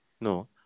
No